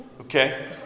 okay